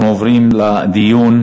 אנחנו עוברים לדיון.